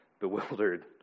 bewildered